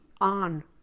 on